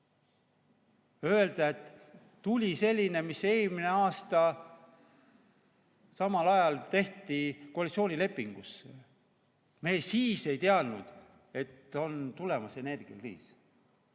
öelda, et tuli selline, mis eelmisel aastal samal ajal tehti koalitsioonilepingusse, me siis ei teadnud, et on tulemas energiakriis.